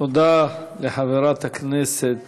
תודה לחברת הכנסת